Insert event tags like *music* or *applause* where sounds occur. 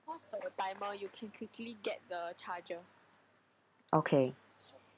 *noise* okay